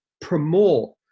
promote